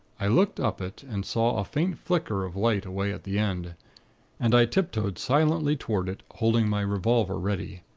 i looked up it, and saw a faint flicker of light away at the end and i tiptoed silently toward it, holding my revolver ready.